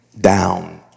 down